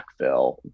backfill